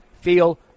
feel